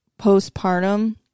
postpartum